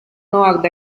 nord